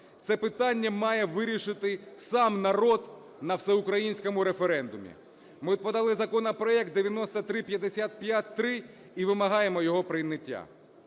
Це питання має вирішити сам народ на всеукраїнському референдумі. Ми подали законопроект 9355-3 і вимагаємо його прийняття.